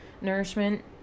nourishment